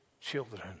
children